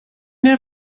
der